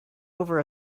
over